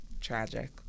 tragic